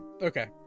Okay